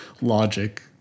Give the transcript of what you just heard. logic